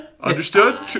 Understood